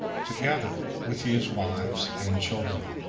together with his wives and children.